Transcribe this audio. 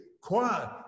Quiet